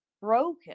broken